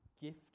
gift